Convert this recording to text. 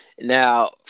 Now